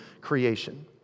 creation